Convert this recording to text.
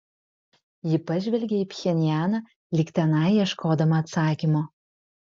ji pažvelgė į pchenjaną lyg tenai ieškodama atsakymo